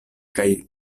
kaj